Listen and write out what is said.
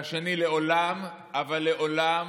והשני, לעולם, אבל לעולם,